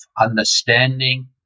understanding